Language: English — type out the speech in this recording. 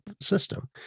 system